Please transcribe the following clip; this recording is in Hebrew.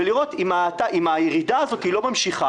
ולראות אם הירידה הזאת היא לא ממשיכה,